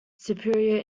superior